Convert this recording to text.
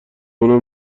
اونم